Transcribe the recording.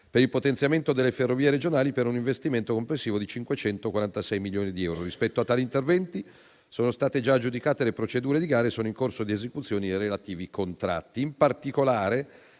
per il potenziamento delle ferrovie regionali, per un investimento complessivo di 546 milioni di euro. Rispetto a tali interventi sono state già aggiudicate le procedure di gara e sono in corso di esecuzione i relativi contratti. In particolare,